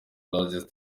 largest